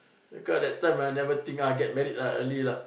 because that time I never think lah get married early lah